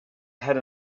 had